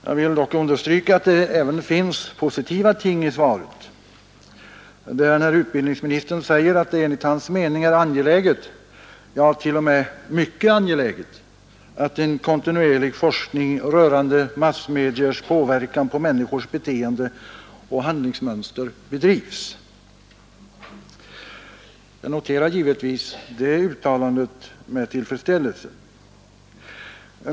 Jag vill dock understryka att det även finns positiva ting i svaret, såsom när utbildningsministern säger att det enligt hans mening är angeläget — t.o.m. ”mycket angeläget” — ”att en kontinuerlig forskning rörande massmediers påverkan på människors beteenden och handlingsmönster bedrivs”. Jag noterar givetvis det uttalandet med tillfredsställelse.